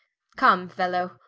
come fellow,